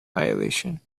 violation